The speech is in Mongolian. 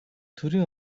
төрийн